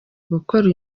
gukora